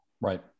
Right